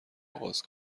آغاز